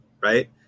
right